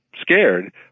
scared